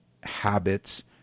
habits